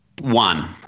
One